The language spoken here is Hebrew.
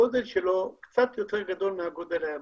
גודלו קצת גדול יותר מהגודל היבשתי.